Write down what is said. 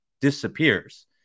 disappears